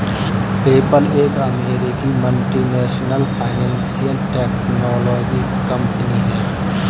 PayPal एक अमेरिकी multinational financial technology company है